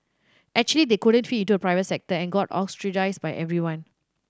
actually they couldn't fit into the private sector and got ostracised by everyone